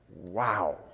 Wow